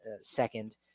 second